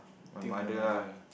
my mother lah